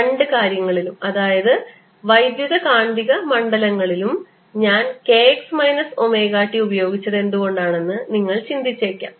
രണ്ട് കാര്യങ്ങളിലും അതായത് വൈദ്യുത കാന്തിക മണ്ഡലങ്ങളിലും ഞാൻ sine k x minus omega t ഉപയോഗിച്ചത് എന്തുകൊണ്ടാണെന്ന് നിങ്ങൾ ചിന്തിച്ചേക്കാം